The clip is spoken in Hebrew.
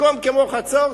מקום כמו חצור,